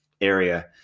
area